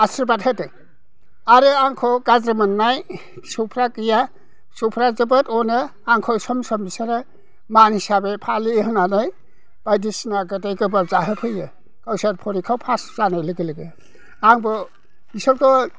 आसिर्बाद होदों आरो आंखौ गाज्रि मोननाय फिसौफ्रा गैया फिसौफ्रा जोबोद अनो आंखौ सम सम बिसोरो मान हिसाबै फालि होनानै बायदिसिना गोदै गोबाब जाहोफैयो गावसोर फरिखायाव पास जानाय लोगो लोगो आंबो बिसोरखौ